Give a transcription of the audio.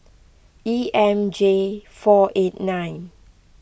E M J four eight nine